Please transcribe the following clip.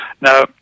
Now